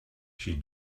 she